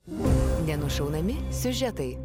nenušaunami siužetai